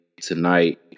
tonight